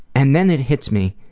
and then it hits me,